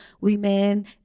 women